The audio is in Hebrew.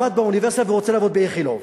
למד באוניברסיטה ורוצה לעבוד ב"איכילוב",